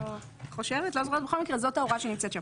זאת ההוראה שנמצאת שם.